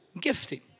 gifting